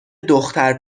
دختر